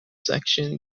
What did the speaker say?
section